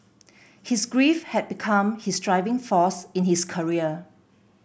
his grief had become his driving force in his career